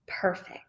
perfect